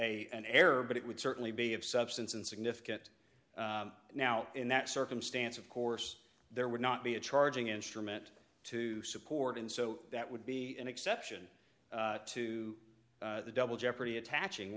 a an error but it would certainly be of substance and significant now in that circumstance of course there would not be a charging instrument to support and so that would be an exception to the double jeopardy attaching